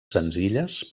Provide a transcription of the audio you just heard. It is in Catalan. senzilles